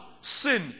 sin